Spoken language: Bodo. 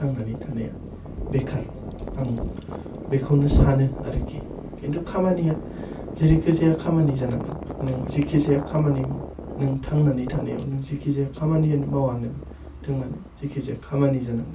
थांनानै थानाया बेखार आं बेखौनो सानो आरोखि खिन्थु खामानिया जेरैखिजाया खामानि जानांगोन नों जेखिजाया खामानि माव नों थांनानै थानायाव नों जेखिजाया खामानियानो मावा नों मानो जेखिजाया खामानि जानांगोन